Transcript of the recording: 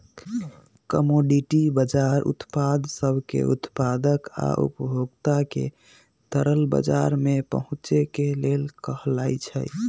commodity बजार उत्पाद सब के उत्पादक आ उपभोक्ता के तरल बजार में पहुचे के लेल कहलाई छई